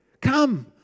come